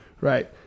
Right